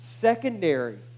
Secondary